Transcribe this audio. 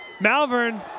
Malvern